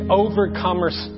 overcomers